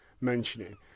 mentioning